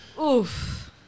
Oof